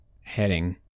heading